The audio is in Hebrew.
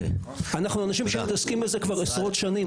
אנחנו אנשים שמתעסקים בזה כבר עשרות שנים,